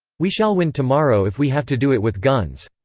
we shall win tomorrow if we have to do it with guns.